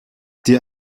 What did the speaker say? dir